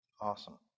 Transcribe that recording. awesome